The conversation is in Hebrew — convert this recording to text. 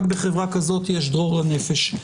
רק בחברה כזאת יש דרור לנפש.